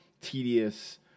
tedious